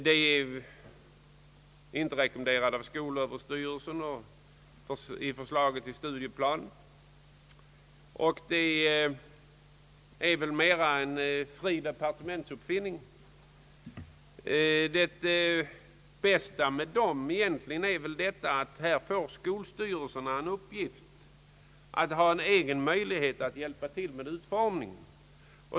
De är inte rekommenderade av skolöverstyrelsen i förslaget till studieplan, utan de utgör väl mera en fri departementsuppfinning. Det bästa med dessa timmar är väl egentligen att skolstyrelserna här får en uppgift och en egen möjlighet att hjälpa till med utformningen.